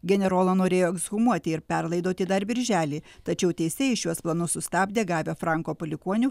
generolą norėjo ekshumuoti ir perlaidoti dar birželį tačiau teisėjai šiuos planus sustabdė gavę franko palikuonių